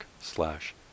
slash